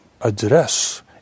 address